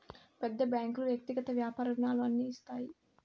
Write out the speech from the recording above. పెద్ద బ్యాంకులు వ్యక్తిగత వ్యాపార రుణాలు అన్ని ఇస్తాయి